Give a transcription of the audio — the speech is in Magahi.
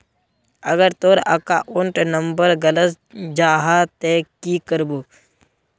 अगर तोर अकाउंट नंबर गलत जाहा ते की करबो?